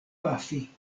pafi